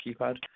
keypad